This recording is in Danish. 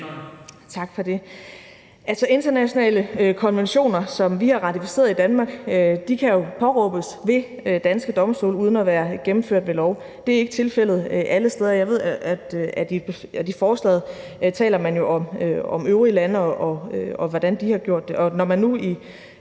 Tak for det. Internationale konventioner, som vi har ratificeret i Danmark, kan jo påberåbes ved danske domstole uden at være gennemført ved lov. Det er ikke tilfældet alle steder. Jeg ved, at man i forslaget taler om øvrige lande, og hvordan de har gjort det, og når man nu i